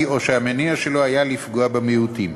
או שהמניע שלו היה לפגוע במיעוטים.